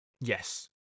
yes